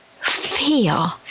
Feel